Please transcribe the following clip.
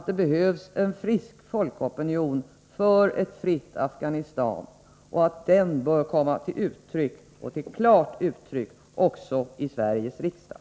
Det behövs en frisk folkopinion för ett fritt Afghanistan, och den bör komma till klart uttryck även i Sveriges riksdag.